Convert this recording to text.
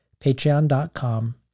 patreon.com